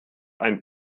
ein